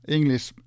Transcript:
English